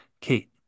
Kate